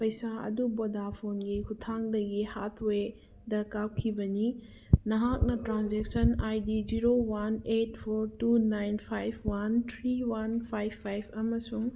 ꯄꯩꯁꯥ ꯑꯗꯨ ꯚꯣꯗꯥꯐꯣꯟꯒꯤ ꯈꯨꯊꯥꯡꯗꯒꯤ ꯍꯥꯊꯋꯦꯗ ꯀꯥꯞꯈꯤꯕꯅꯤ ꯅꯍꯥꯛꯅ transaction I D zero one eight four two nine five one three one five five ꯑꯃꯁꯨꯡ